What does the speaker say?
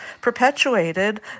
perpetuated